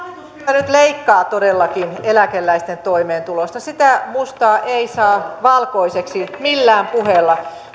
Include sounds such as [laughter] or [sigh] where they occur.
nyt leikkaa todellakin eläkeläisten toimeentulosta sitä mustaa ei saa valkoiseksi millään puheella [unintelligible]